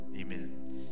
Amen